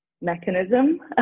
mechanism